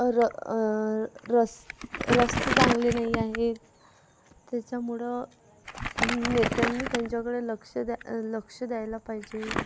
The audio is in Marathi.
र रस रस्ते चांगले नाही आहेत त्याच्यामुळं नेत्यांनी त्यांच्याकडे लक्ष द्याय लक्ष द्यायला पाहिजे